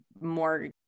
more